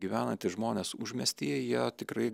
gyvenantys žmonės užmiestyje jie tikrai